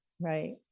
right